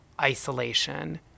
isolation